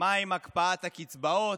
מה עם הקפאת הקצבאות?